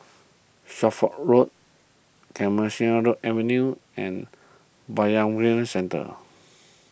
Suffolk Road Clemenceau Avenue and Bayanihan Centre